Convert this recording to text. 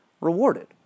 rewarded